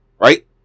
right